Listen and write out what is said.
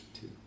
two